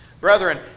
Brethren